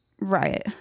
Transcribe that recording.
Right